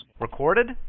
Recorded